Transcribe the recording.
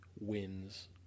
wins